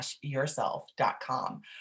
yourself.com